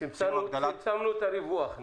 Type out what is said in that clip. צמצמנו את הריווח.